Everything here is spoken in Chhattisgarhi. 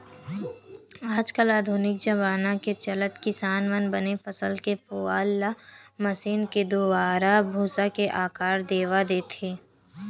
आज कल आधुनिक जबाना के चलत किसान मन बने फसल के पुवाल ल मसीन के दुवारा भूसा के आकार देवा देथे